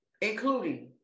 including